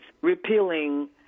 repealing